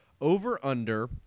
over-under